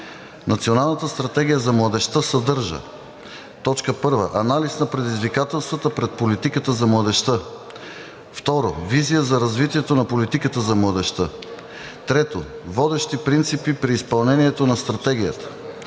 Националната стратегия за младежта съдържа: 1. анализ на предизвикателствата пред политиката за младежта; 2. визия за развитието на политиката за младежта; 3. водещи принципи при изпълнението на стратегията;